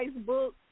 Facebook